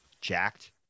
jacked